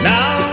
Now